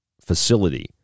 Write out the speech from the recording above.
facility